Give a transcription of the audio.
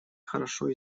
хорошо